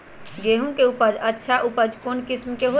गेंहू के बहुत अच्छा उपज कौन किस्म होई?